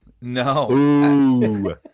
No